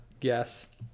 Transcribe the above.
Yes